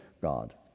God